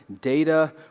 Data